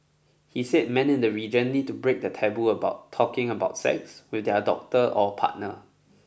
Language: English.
he said men in the region need to break the taboo about talking about sex with their doctor or partner